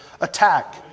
attack